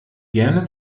gerne